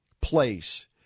place